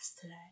today